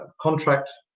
contract?